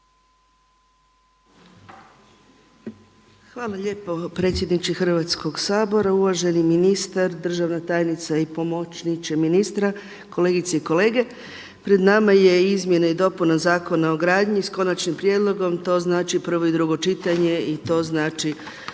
Hvala lijepo predsjedniče Hrvatskog sabora, uvaženi ministar, državna tajnica i pomoćniče ministra, kolegice i kolege. Pred nama je izmjene i dopune Zakona o gradnji s konačnim prijedlogom. To znači prvo i drugo čitanje i to znači